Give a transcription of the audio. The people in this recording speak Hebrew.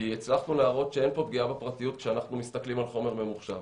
הצלחנו להראות שאין פה פגיעה בפרטיות כשאנחנו מסתכלים על חומר ממוחשב.